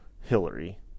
Hillary